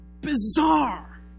bizarre